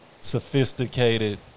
sophisticated